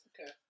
Okay